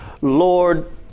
Lord